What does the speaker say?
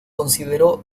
consideró